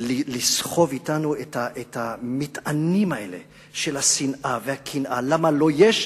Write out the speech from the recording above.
לסחוב אתנו את המטענים האלה של השנאה והקנאה: למה לו יש?